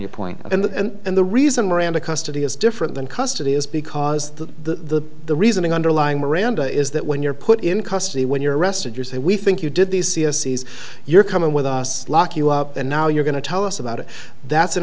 your point and the reason miranda custody is different than custody is because the the reasoning underlying miranda is that when you're put in custody when you're arrested you say we think you did these c f c s you're coming with us lock you up and now you're going to tell us about it that's an